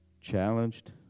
challenged